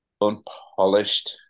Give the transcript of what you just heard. unpolished